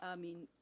i mean,